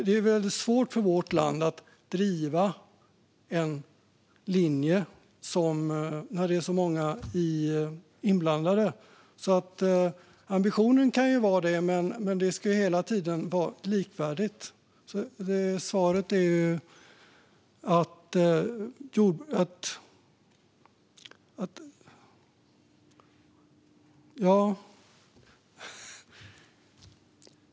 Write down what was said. Det är väldigt svårt för vårt land att driva en linje när så många är inblandade. Ambitionen kan vara det, men det ska hela tiden vara likvärdigt.